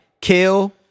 kill